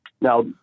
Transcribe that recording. Now